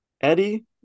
Eddie